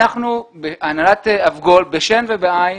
הנהלת אבגול, בשן ובעין